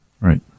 Right